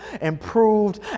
improved